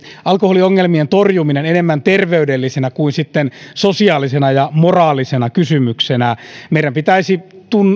alkoholiongelmien torjumisen enemmän terveydellisenä kuin sitten sosiaalisena ja moraalisena kysymyksenä meidän pitäisi